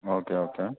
okay okay